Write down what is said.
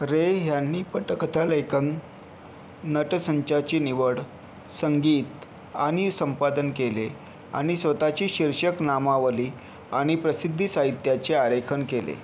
रे ह्यांनी पटकथा लेखन नट संचाची निवड संगीत आणि संपादन केले आणि स्वत ची शीर्षक नामावली आणि प्रसिद्धी साहित्याचे आरेखन केले